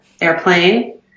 airplane